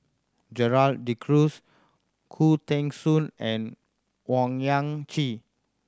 Gerald De Cruz Khoo Teng Soon and Owyang Chi